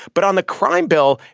but on the crime bill,